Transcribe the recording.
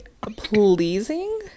pleasing